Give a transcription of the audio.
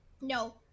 no